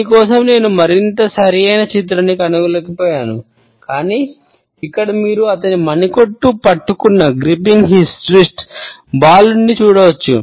దాని కోసం నేను మరింత సరిఅయిన చిత్రాన్ని కనుగొనలేకపోయాను కాని ఇక్కడ మీరు అతని మణికట్టును పట్టుకున్న బాలుడిని చూడవచ్చు